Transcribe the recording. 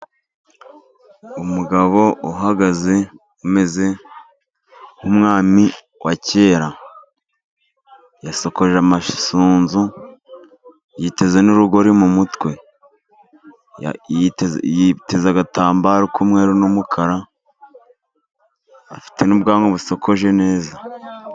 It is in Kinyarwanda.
Umugabo uhagaze, umeze nk'umwami wa kera. Yasokoje amasunzu, yiteze n'urugori mu mutwe. Yiteze agatambaro k'umweru n'umukara, afite n'ubwanwa busokoje neza.